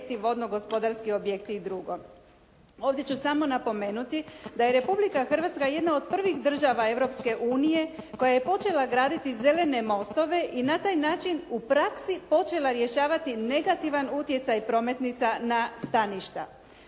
vodnogospodarski objekti i drugo. Ovdje ću samo napomenuti da je Republika Hrvatska jedna od prvih država Europske unije koja je počela graditi zelene mostove i na taj način u praksi počela rješavati negativan utjecaj prometnica na staništa.